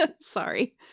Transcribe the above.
Sorry